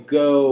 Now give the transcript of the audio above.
go